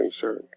concern